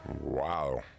Wow